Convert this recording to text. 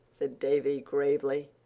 said davy gravely.